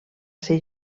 ser